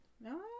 No